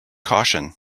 caution